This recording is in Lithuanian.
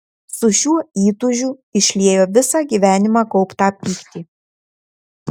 su šiuo įtūžiu išliejo visą gyvenimą kauptą pyktį